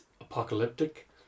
apocalyptic